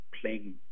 playing